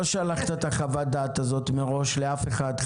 לא שלחת את חוות הדעת הזאת מראש לאף אחד,